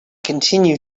continue